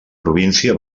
província